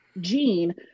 gene